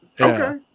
Okay